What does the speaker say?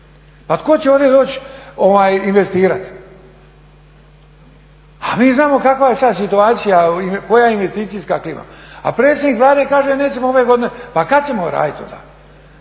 Pa tko će ovdje doći investirati? A mi znamo kakva je sad situacija i koja je investicijska klima. A predsjednik Vlade kaže nećemo ove godine, pa kad ćemo raditi onda?